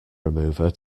remover